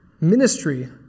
ministry